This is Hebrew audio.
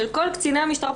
של כל קציני המשטרה.